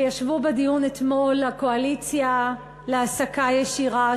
וישבו בדיון אתמול הקואליציה להעסקה ישירה,